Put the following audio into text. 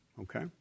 Okay